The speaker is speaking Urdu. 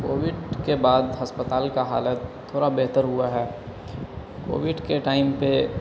کووڈ کے بعد ہسپتال کا حالت تھوڑا بہتر ہوا ہے کووڈ کے ٹائم پہ